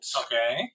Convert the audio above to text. Okay